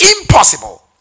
impossible